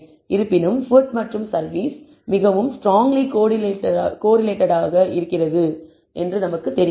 இருப்பினும் ஃபுட் மற்றும் சர்வீஸ் மிகவும் ஸ்டராங்லி கோரிலேட்டட் என தெரிகிறது